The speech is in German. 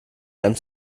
einem